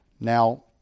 Now